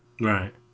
Right